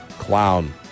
Clown